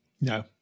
No